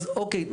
אז אוקיי,